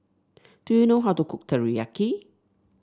do you know how to cook Teriyaki